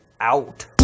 out